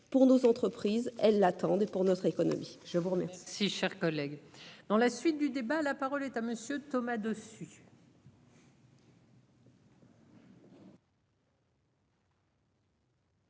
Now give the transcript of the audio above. pour nos entreprises elles attendaient pour notre économie. Je vous remercie. Si cher collègue dans la suite du débat. La parole est à monsieur Thomas dessus.